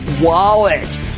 wallet